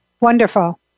Wonderful